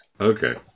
Okay